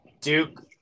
Duke